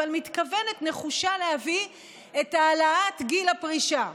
אבל היא נחושה להביא את העלאת גיל הפרישה.